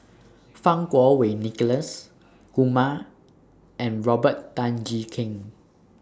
Fang Kuo Wei Nicholas Kumar and Robert Tan Jee Keng